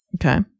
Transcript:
Okay